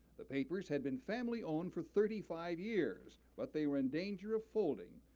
the papers had been family-owned for thirty five years, but they were in danger of folding.